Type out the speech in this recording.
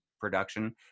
production